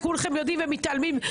כולכם יודעים ומתעלמים,